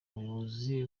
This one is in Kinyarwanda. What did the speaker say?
umuyobozi